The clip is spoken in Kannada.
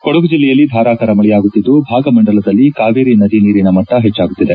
ಕೊಡಗು ಜಿಲ್ಲೆಯಲ್ಲಿ ಧಾರಾಕಾರ ಮಳೆಯಾಗುತ್ತಿದ್ದು ಭಾಗಮಂಡಲದಲ್ಲಿ ಕಾವೇರಿ ನದಿ ನೀರಿನ ಮಟ್ಟ ಹೆಚ್ಚಾಗುತ್ತಿದೆ